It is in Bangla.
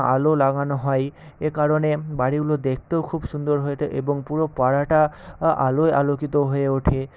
আলো লাগানো হয় এ কারণে বাড়িগুলো দেখতেও খুব সুন্দর হয়ে ওঠে এবং পুরো পাড়াটা আলোয় আলোকিত হয়ে ওঠে